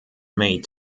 made